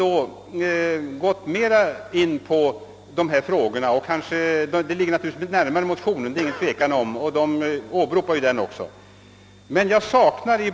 Det är ingen tvekan om att reservationen ansluter sig närmare till vår motion, som reservanterna också har åberopat.